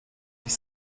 ist